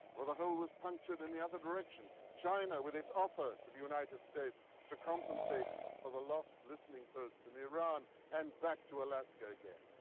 where the hole was punctured in the other direction, china with its offer to the united states to compensate for the lost listening posts in iran, and back to alaska again.